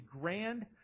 grand